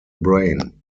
brain